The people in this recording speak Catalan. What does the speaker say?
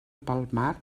palmar